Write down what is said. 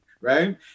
right